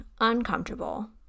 uncomfortable